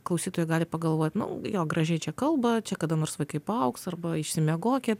klausytojai gali pagalvot nu jo gražiai čia kalba čia kada nors vaikai paaugs arba išsimiegokit